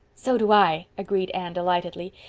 so do i, agreed anne delightedly.